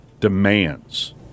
demands